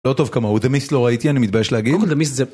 לא טוב כמוהו דה מיסט לא ראיתי, אני מתבייש להגיד. קודם כל דה מיסט זה...